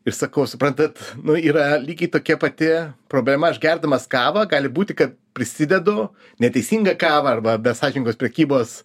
ir sakau suprantat yra lygiai tokia pati problema aš gerdamas kavą gali būti kad prisidedu neteisingą kavą arba be sąžiningos prekybos